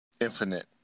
Infinite